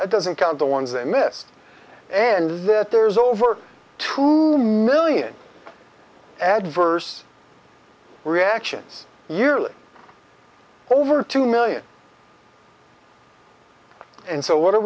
it doesn't count the ones they missed and that there's over two million adverse reactions yearly over two million and so what are